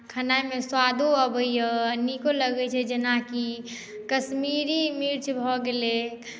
खेनाइमे स्वादो अबैए नीको लगैत छै जेनाकि कश्मीरी मिर्च भऽ गेलै